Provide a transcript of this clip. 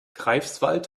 greifswald